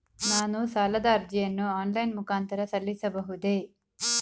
ನಾನು ಸಾಲದ ಅರ್ಜಿಯನ್ನು ಆನ್ಲೈನ್ ಮುಖಾಂತರ ಸಲ್ಲಿಸಬಹುದೇ?